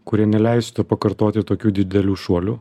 kurie neleistų pakartoti tokių didelių šuolių